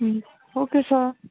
हुन्छ okay sir